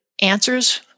answers